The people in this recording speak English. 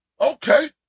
okay